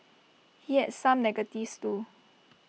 he had some negatives too